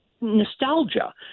nostalgia